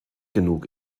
genug